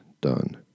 done